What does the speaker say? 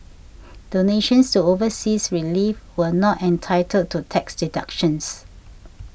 donations to overseas relief are not entitled to tax deductions